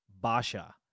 Basha